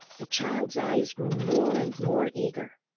the child's eyes grew more and more eager.